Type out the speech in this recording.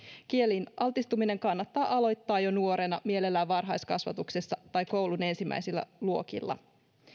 kieliin altistuminen kannattaa aloittaa jo nuorena mielellään varhaiskasvatuksessa tai koulun ensimmäisillä luokilla